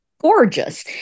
gorgeous